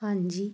ਹਾਂਜੀ